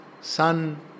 Sun